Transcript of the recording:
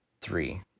three